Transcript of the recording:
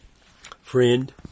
Friend